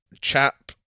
chap